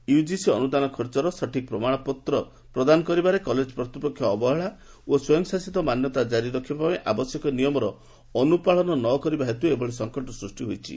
UGC ଅନୁଦାନ ଖର୍ଚ୍ଚର ସଠିକ ପ୍ରମାଣ ପତ୍ର ପ୍ରଦାନ କରିବାରେ କଲେଜ କର୍ଭ୍ରପକ୍ଷଙ୍କ ଅବହେଳା ଓ ସ୍ୱୟଂଶାସିତ ମାନ୍ୟତା ଜାରିରଖିବା ପାଇଁ ଆବଶ୍ୟକୀୟ ନିୟମର ଅନୁପାଳନ ନକରିବା ହେତୁ ଏଭଳି ସଂକଟ ସୂଷ୍କି ହୋଇଛି